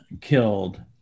killed